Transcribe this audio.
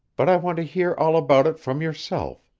but i want to hear all about it from yourself.